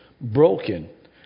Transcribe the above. broken